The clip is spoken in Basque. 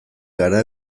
gara